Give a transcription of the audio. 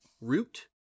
Root